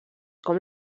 com